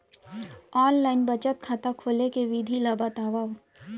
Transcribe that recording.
Online बचत खाता खोले के विधि ला बतावव?